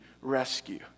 Rescue